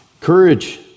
Courage